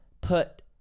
put